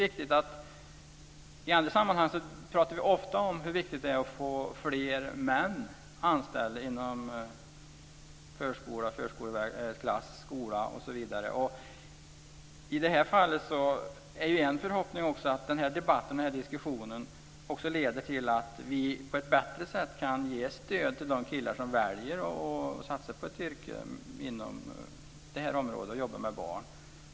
I andra sammanhang pratar vi ofta om hur viktigt det är att få fler män anställda inom förskola, förskoleklass, skola, osv. I det här fallet är en förhoppning att debatten och diskussionen också leder till att vi på ett bättre sätt kan ge stöd till de killar som väljer att satsa på ett yrke inom det område där man arbetar med barn.